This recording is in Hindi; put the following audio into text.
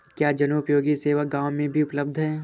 क्या जनोपयोगी सेवा गाँव में भी उपलब्ध है?